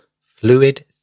fluid